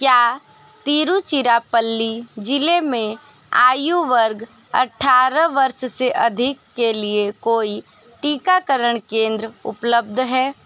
क्या तिरुचिरापल्ली ज़िले में आयु वर्ग अट्ठारह वर्ष से अधिक के लिए कोई टीकाकरण केंद्र उपलब्ध है